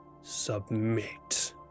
submit